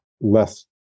less